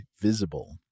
Visible